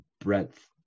breadth